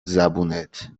زبونت